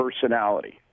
personality